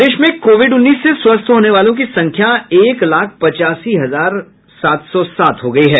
प्रदेश में कोविड उन्नीस से स्वस्थ होने वालों की संख्या एक लाख पचासी हजार सात सौ सात हो गयी है